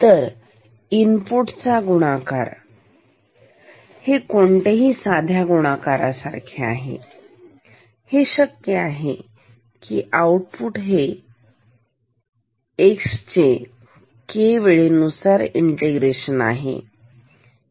तरइनपुटचा गुणाकार तर हे कोणत्याही सध्या गुणकारासारखे आहे ठीकहे शक्य आहे की आउटपुट हे x चे k वेळेनुसार इंटिग्रेशन आहे